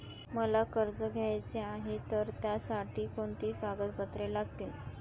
मला कर्ज घ्यायचे आहे तर त्यासाठी कोणती कागदपत्रे लागतील?